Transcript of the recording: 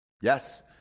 yes